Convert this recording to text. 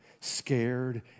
scared